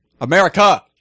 America